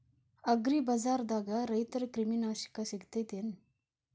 ಅಗ್ರಿಬಜಾರ್ದಾಗ ರೈತರ ಕ್ರಿಮಿ ನಾಶಕ ಸಿಗತೇತಿ ಏನ್?